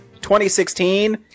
2016